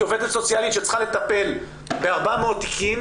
כי עובדת סוציאלית שצריכה לטפל ב-400 תיקים